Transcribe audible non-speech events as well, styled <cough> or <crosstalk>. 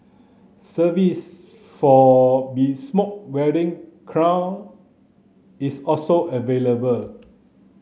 <unintelligible> for bespoke wedding <unintelligible> is also available